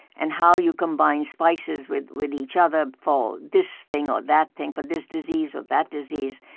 and how you combine spices with with each other for this thing or that thing, for this disease or that disease,